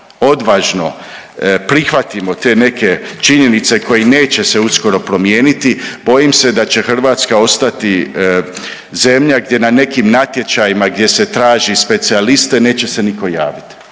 odvažno prihvatimo te neke činjenice koji neće se uskoro promijeniti bojim se da će Hrvatska ostati zemlja gdje na nekim natječajima gdje se traži specijaliste neće se niko javiti,